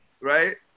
right